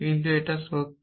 কিন্তু এটা সত্য